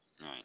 right